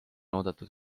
oodatud